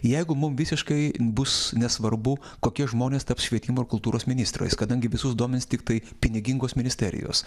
jeigu mum visiškai bus nesvarbu kokie žmonės taps švietimo ir kultūros ministrais kadangi visus duomenis tiktai pinigingos ministerijos